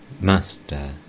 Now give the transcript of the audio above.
Master